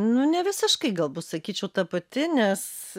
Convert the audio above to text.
nu ne visiškai galbūt sakyčiau ta pati nes